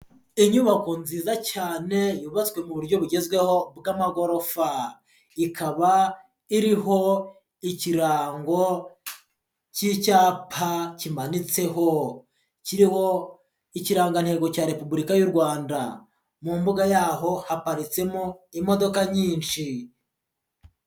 Inyubako nziza cyane yubatswe mu buryo bugezweho bw'amagorofa. Ikaba iriho ikirango cy'icyapa kimanitseho. Kiriho ikirangantego cya Repubulika y'u Rwanda. Mu mbuga yaho haparitsemo imodoka nyinshi.